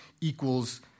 equals